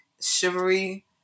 chivalry